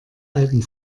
alten